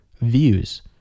views